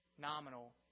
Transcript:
nominal